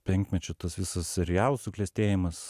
penkmečio tas visas serialų suklestėjimas